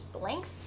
length